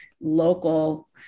local